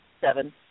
seven